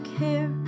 care